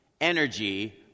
energy